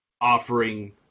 offering